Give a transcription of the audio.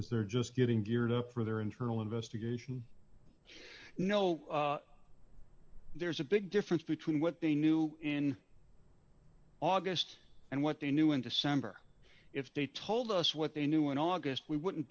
if they're just getting geared up for their internal investigation you know there's a big difference between what they knew in august and what they knew in december if they told us what they knew in august we wouldn't